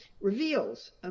reveals